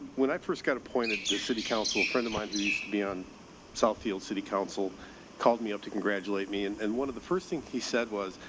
when i first got appointed the city council, a friend of mine who used to be on southfield city council called me up to congratulate me. and and one of the first thing he said was,